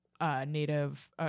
native